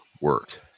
work